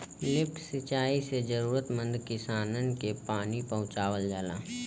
lift सिंचाई से जरूरतमंद किसानन के पानी पहुंचावल जाला